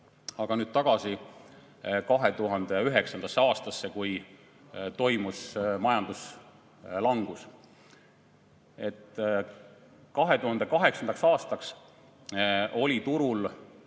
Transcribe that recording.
Aga nüüd tagasi 2009. aastasse, kui toimus majanduslangus. 2008. aastaks oli